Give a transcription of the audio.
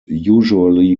usually